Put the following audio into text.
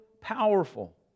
powerful